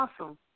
awesome